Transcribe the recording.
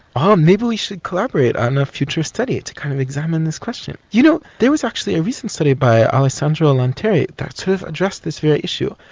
oh maybe we should collaborate on a future study to kind of examines this question. you know there was actually a recent study by our alessandro lanteri that sort of addressed this very issue.